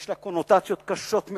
יש לה קונוטציות קשות מאוד,